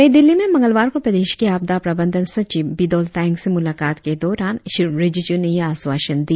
नई दिल्ली में मंगलवार को प्रदेश के आपदा प्रबंधन सचित बिदोल तायेंग से मुलाकात के दौरान श्री रिजिजू ने यह आश्वासन दिया